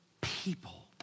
people